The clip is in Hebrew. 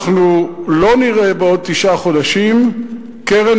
אנחנו לא נראה בעוד תשעה חודשים קרן